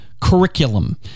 curriculum